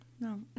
No